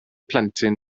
plentyn